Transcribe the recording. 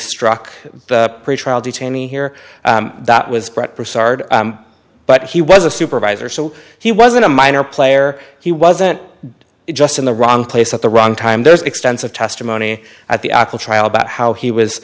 struck pretrial detainee here that was brought broussard but he was a supervisor so he wasn't a minor player he wasn't just in the wrong place at the wrong time there's extensive testimony at the actual trial about how he was